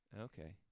Okay